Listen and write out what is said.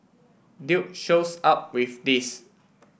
dude shows up with this